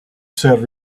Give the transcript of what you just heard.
said